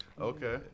Okay